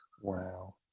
Wow